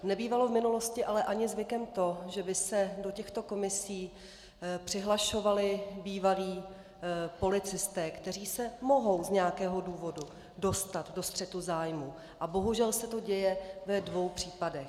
Nebývalo v minulosti ale ani zvykem to, že by se do těchto komisí přihlašovali bývalí policisté, kteří se mohou z nějakého důvodu dostat do střetu zájmů, a bohužel se to děje ve dvou případech.